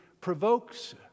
provokes